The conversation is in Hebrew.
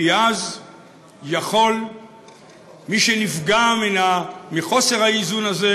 כי אז יכול מי שנפגע מחוסר האיזון הזה